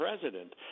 president